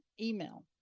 email